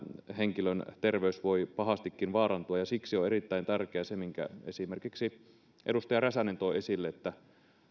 henkilön terveys voi pahastikin vaarantua siksi on erittäin tärkeää se minkä esimerkiksi edustaja räsänen toi esille